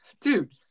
Dude